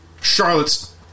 Charlotte's